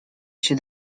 się